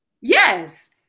Yes